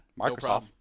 Microsoft